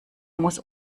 muss